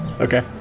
Okay